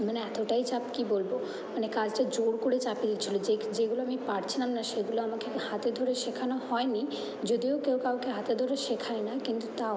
মানে এতোটাই চাপ কী বলবো মানে কাজটা জোর করে চাপিয়ে দিচ্ছিলো যে যেগুলো আমি পারছিলাম না সেগুলো আমাকে হাতে ধরে শেখানো হয় নি যদিও কেউ কাউকে হাতে ধরে শেখায় না কিন্তু তাও